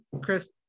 Chris